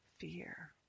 fear